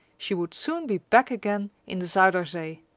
she would soon be back again in the zuyder zee!